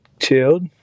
chilled